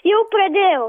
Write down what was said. jau pradėjau